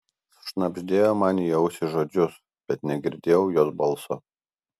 šnabždėjo man į ausį žodžius bet negirdėjau jos balso